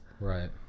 Right